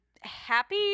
happy